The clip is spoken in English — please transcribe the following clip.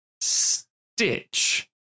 Stitch